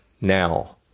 now